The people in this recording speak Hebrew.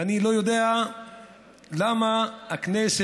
ואני לא יודע למה הכנסת